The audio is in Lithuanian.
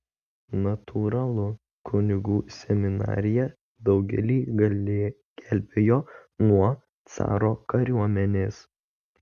natūralu kunigų seminarija daugelį gelbėjo nuo caro kariuomenės